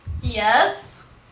Yes